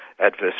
adverse